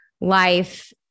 life